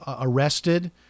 arrested